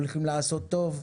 הולכים לעשות טוב.